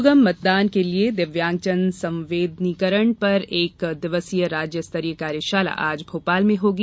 सुगम मतदान के लिये दिव्यांगजन संवेदनीकरण पर एक दिवसीय राज्य स्तरीय कार्यशाला आज भोपाल में होगी